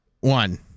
one